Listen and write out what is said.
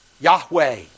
Yahweh